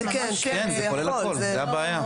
כן, זה כולל הכול, זה הבעיה.